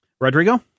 Rodrigo